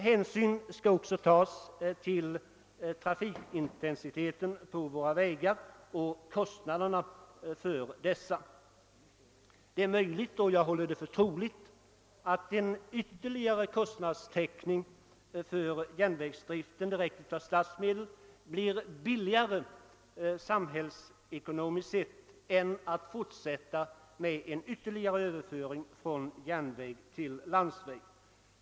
Hänsyn skall också tas till trafikintensiteten på våra vägar och kostnaderna för dessa. Det är möjligt, och jag håller det för troligt, att en ytterligare kostnadstäckning för järnvägsdriften direkt av statsmedel blir billigare, samhbällsekonomiskt sett, än att fortsätta överföringen från järnväg till landsväg.